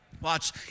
Watch